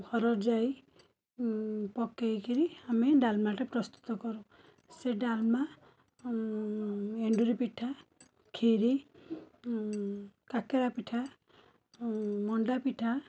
ହରଡ଼ ଜାଇ ପକାଇକରି ଆମେ ଡାଲମାଟା ପ୍ରସ୍ତୁତ କରୁ ସେ ଡାଲମା ଏଣ୍ଡୁରି ପିଠା ଖିରି କାକେରା ପିଠା ମଣ୍ଡା ପିଠା